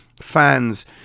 fans